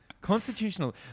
Constitutional